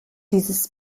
dieses